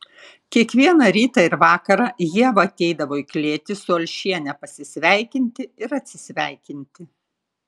kiekvieną rytą ir vakarą ieva ateidavo į klėtį su alšiene pasisveikinti ir atsisveikinti